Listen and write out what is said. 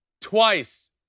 twice